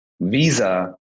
Visa